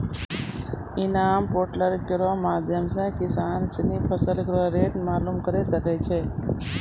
इनाम पोर्टल केरो माध्यम सें किसान सिनी फसल केरो रेट मालूम करे सकै छै